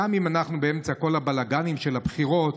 גם אם אנחנו באמצע כל הבלגנים של הבחירות,